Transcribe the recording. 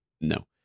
No